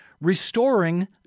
restoring